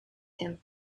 him